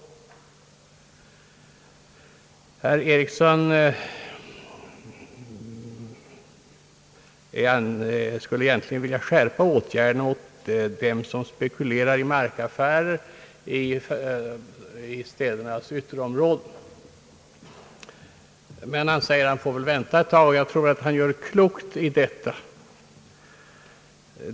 Herr Eriksson skulle egentligen vilja skärpa åtgärderna mot dem som spekulerar i markaffärer i städernas ytterområden. Men han säger att man väl får vänta ett tag. Det tror jag att han gör klokt i.